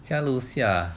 家楼下